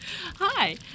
hi